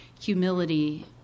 humility